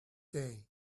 day